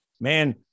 man